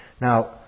Now